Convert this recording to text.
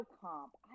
comp